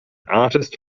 artist